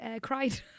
cried